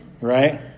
right